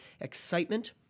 excitement